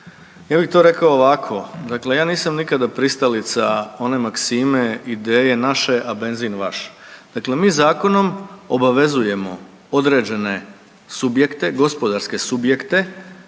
ja bih to rekao ovako. Dakle, ja nisam nikada pristalica one maksime i ideje naše, a benzin vaš. Dakle, mi zakonom obavezujemo određene subjekte, gospodarske subjekte